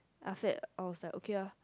after that I was like okay lah